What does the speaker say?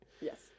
yes